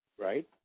right